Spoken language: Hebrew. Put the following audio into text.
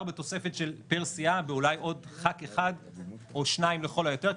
בתוספת פר סיעה אולי בעוד חבר כנסת אחד או שניים לכל היותר,